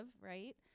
Right